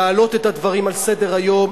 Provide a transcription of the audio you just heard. להעלות את הדברים על סדר-היום,